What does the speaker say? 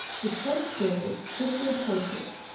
the torch-bearers shook their torches,